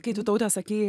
kai tu taute sakei